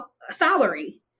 salary